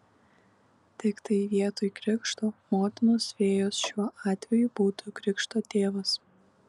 tiktai vietoj krikšto motinos fėjos šiuo atveju būtų krikšto tėvas